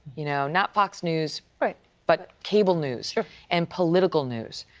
you know, not fox news but cable news and political news.